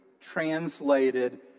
translated